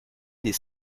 des